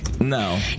no